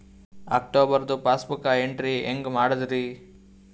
ಅಕ್ಟೋಬರ್ದು passbook entry ಹೆಂಗ್ ಮಾಡದ್ರಿ?